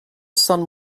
sun